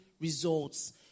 results